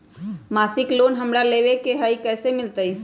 मासिक लोन हमरा लेवे के हई कैसे मिलत?